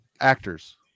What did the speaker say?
Actors